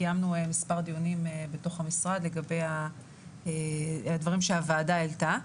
קיימנו מספר דיונים בתוך המשרד לגבי הדברים שהוועדה העלתה.